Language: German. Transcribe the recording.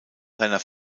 seiner